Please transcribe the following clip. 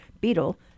beetle